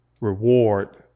reward